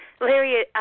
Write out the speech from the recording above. Larry